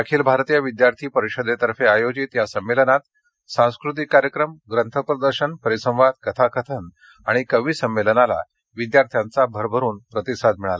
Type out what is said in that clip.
अखिल भारतीय विद्यार्थी परिषदेतर्फे आयोजित या संमेलनात सांस्कृतिक कार्यक्रम ग्रंथप्रदर्शन परिसवाद कथाकथन आणि कवी संमेलनाला विद्यार्थ्यांचा भरभरून प्रतिसाद मिळाला